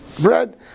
bread